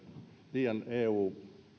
liian eu